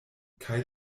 kaj